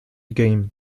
game